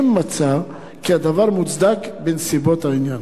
אם מצא כי הדבר מוצדק בנסיבות העניין.